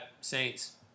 Saints